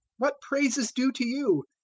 what praise is due to you?